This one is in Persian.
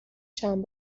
چند